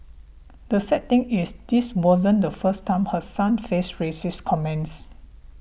the sad thing is this wasn't the first time her son faced racist comments